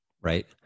Right